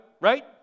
Right